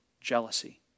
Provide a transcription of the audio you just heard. jealousy